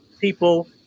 people